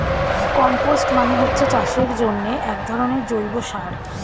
compost মানে হচ্ছে চাষের জন্যে একধরনের জৈব সার